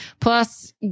plus